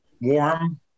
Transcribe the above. warm